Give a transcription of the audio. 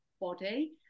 body